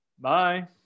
Bye